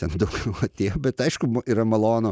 ten daugiau atėjo bet aišku yra malonu